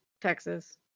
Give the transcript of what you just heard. Texas